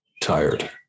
tired